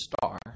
star